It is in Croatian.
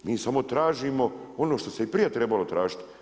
Mi samo tražimo ono što se i prije trebalo tražiti.